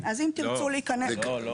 לא.